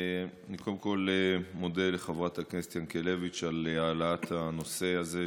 אני קודם כול מודה לחברת הכנסת ינקלביץ' על העלאת הנושא הזה,